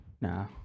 Nah